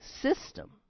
system